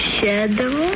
shadow